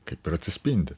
kaip ir atsispindi